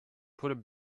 put